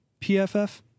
PFF